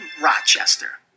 Rochester